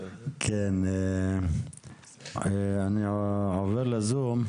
כן, אני עובר לזום.